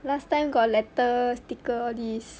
last time got letter sticker this